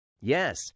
Yes